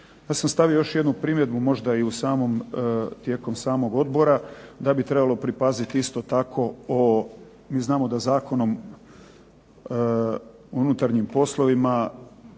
Ja sam stavio još jednu primjedbu možda i tijekom samog odbora da bi trebalo pripazit isto tako, mi znamo da Zakonom o unutarnjim poslovima